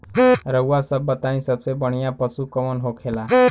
रउआ सभ बताई सबसे बढ़ियां पशु कवन होखेला?